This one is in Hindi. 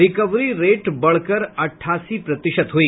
रिकवरी रेट बढ़कर अट्ठासी प्रतिशत हुई